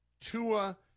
Tua